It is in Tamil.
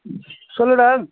சொல்லுடா